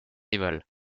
rival